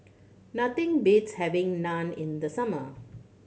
nothing beats having Naan in the summer